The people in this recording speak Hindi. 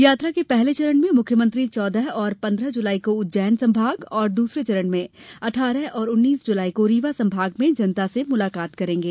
यात्रा के पहले चरण में मुख्यमंत्री चौदह और पन्द्रह जुलाई को उज्जैन संभाग और दूसरे चरण में अठारह और उन्नीस जुलाई को रीवा संभाग में जनता से मुलाकात करेंगे